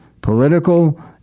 political